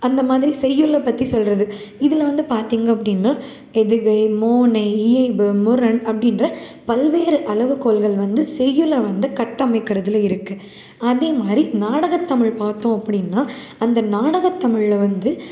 அந்த மாதிரி செய்யுளை பற்றி சொல்கிறது இதில் வந்து பார்த்தீங்க அப்டின்னா எதுகை மோனை இயைபு முரண் அப்படின்ற பல்வேறு அளவுகோல்கள் வந்து செய்யுளை வந்து கட்டமைக்கிறதில் இருக்குது அதே மாதிரி நாடகத்தமிழ் பார்த்தோம் அப்டின்னா அந்த நாடகத்தமிழில் வந்து